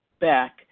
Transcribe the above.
back